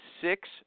six